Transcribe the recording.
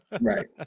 right